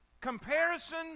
Comparison